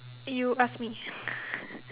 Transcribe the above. you ask me